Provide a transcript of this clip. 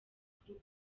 mukuru